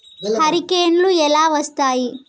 హరికేన్లు ఎలా వస్తాయి?